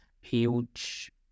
huge